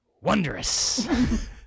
wondrous